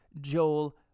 Joel